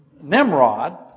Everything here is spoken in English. Nimrod